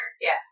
Yes